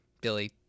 Billy